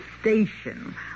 station